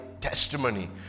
testimony